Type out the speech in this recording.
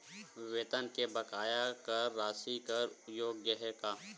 वेतन के बकाया कर राशि कर योग्य हे का?